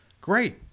Great